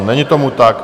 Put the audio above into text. Není tomu tak.